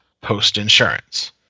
post-insurance